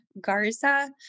Garza